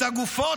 "את הגופות",